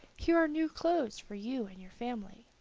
here are new clothes for you and your family.